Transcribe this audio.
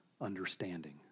understanding